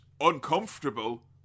Uncomfortable